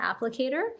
applicator